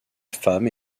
femme